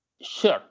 Sure